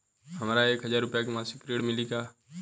हमका एक हज़ार रूपया के मासिक ऋण मिली का?